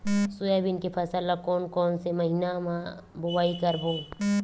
Soybean के फसल ल कोन कौन से महीना म बोआई करबो?